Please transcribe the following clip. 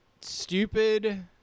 stupid